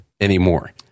anymore